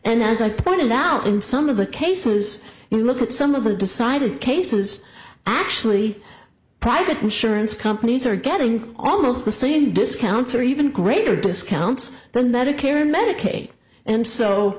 and as i pointed out in some of the cases you look at some of the decided cases actually private insurance companies are getting almost the same discounts or even greater discounts than that or care medicaid and so